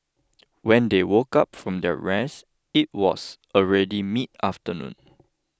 when they woke up from their rest it was already midafternoon